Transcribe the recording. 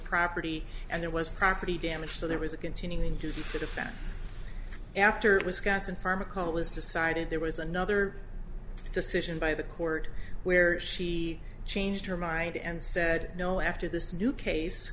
property and there was property damage so there was a continuing to that effect after wisconsin pharmaco it was decided there was another decision by the court where she changed her mind and said no after this new case